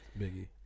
Biggie